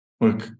look